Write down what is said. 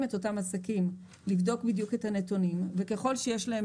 את אותם עסקים לבדוק בדיוק את הנתונים וככל שיש להם